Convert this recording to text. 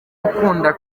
ukunda